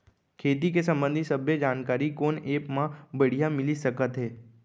खेती के संबंधित सब्बे जानकारी कोन एप मा बढ़िया मिलिस सकत हे?